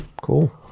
cool